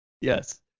Yes